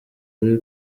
ari